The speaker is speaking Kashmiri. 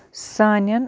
سانٮ۪ن